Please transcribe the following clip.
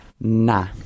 nah